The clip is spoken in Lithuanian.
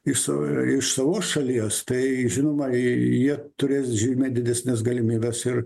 iš sava ir iš savos šalies tai žinoma į jie turės žymiai didesnes galimybes ir